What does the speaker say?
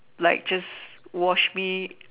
like just wash me